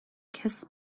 kiss